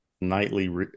nightly